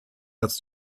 das